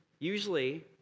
Usually